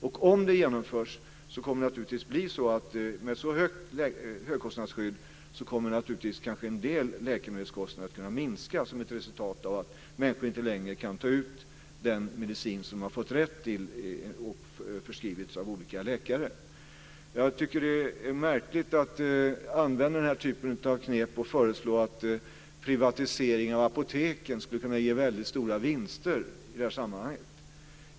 Om det genomförs kommer det att bli så att med ett så högt högkostnadsskydd kommer naturligtvis en del läkemedelskostnader att minska som ett resultat av att människor inte längre kan ta ut den medicin som de har fått rätt till och förskrivits av olika läkare. Jag tycker att det är märkligt att använda den här typen av knep och föreslå att privatisering av apoteken skulle kunna ge väldigt stora vinster i det här sammanhanget.